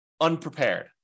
unprepared